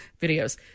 videos